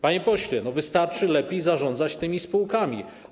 Panie pośle, wystarczy lepiej zarządzać tymi spółkami.